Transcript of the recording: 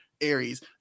Aries